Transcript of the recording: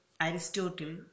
Aristotle